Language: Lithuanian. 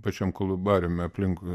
pačiam kolumbariume aplinkui